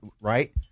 right